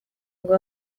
ngo